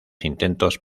intentos